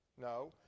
No